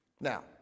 Now